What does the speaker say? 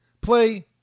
play